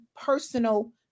personal